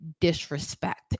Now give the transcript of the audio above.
disrespect